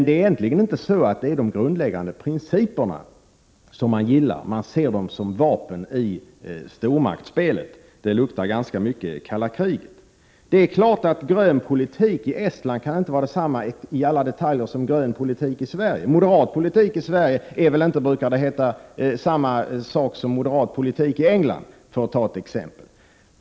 Egentligen är det inte de grundläggande principerna som man gillar, utan man ser dem som vapen i stormaktsspelet. Det luktar ganska mycket kalla kriget. Det är klart att grön politik i Estland inte i alla detaljer kan vara detsamma som grön politik i Sverige. Moderat politik i Sverige är inte, brukar det heta, samma sak som moderat politik i England, för att ta ett exempel.